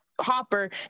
Hopper